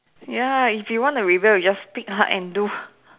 ya if you wanna rebel you just pick ah and do